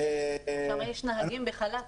יש נהגים בחל"ת.